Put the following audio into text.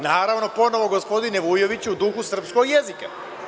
Ponovo, gospodine Vujoviću, u duhu srpskog jezika.